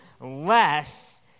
less